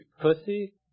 pussy